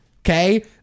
Okay